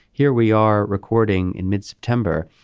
here we are recording in mid-september.